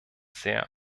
sehr